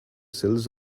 sills